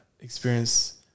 experience